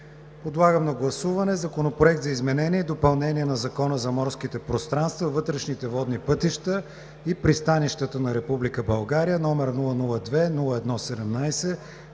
Подлагам на гласуване Законопроект за изменение и допълнение на Закона за морските пространства, вътрешните водни пътища и пристанищата на Република България, № 002-01-17,